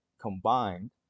combined